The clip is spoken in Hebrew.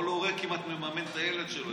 כל הורה כמעט מממן את הילד שלו,